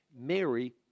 Mary